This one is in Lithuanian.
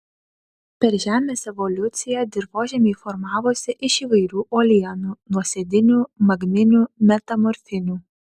per žemės evoliuciją dirvožemiai formavosi iš įvairių uolienų nuosėdinių magminių metamorfinių